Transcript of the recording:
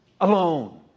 alone